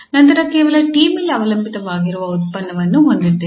ನಂತರ ಕೇವಲ 𝑡 ಮೇಲೆ ಅವಲಂಬಿತವಾಗಿರುವ ಉತ್ಪನ್ನವನ್ನು ಹೊಂದಿದ್ದೇವೆ